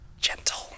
Gentle